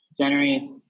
January